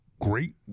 great